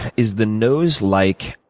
is the nose like